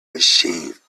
machine